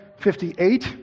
58